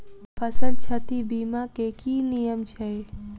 फसल क्षति बीमा केँ की नियम छै?